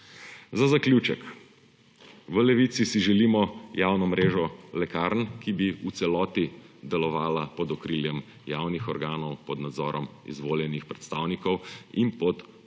Za zaključek. V Levici si želimo javno mrežo lekarn, ki bi v celoti delovala pod okriljem javnih organov pod nadzorom izvoljenih predstavnikov in pod usmeritvami